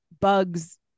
bugs